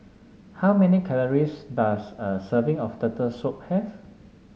how many calories does a serving of Turtle Soup have